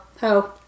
Ho